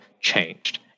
changed